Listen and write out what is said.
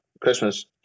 christmas